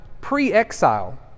pre-exile